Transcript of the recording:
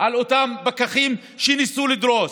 על אותם פקחים שניסו לדרוס.